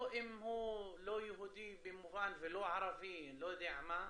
או אם הוא לא יהודי ולא ערבי, אני לא יודע מה,